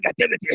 negativity